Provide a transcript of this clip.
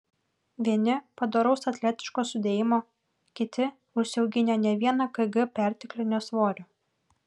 vieni padoraus atletiško sudėjimo kiti užsiauginę ne vieną kg perteklinio svorio